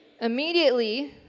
Immediately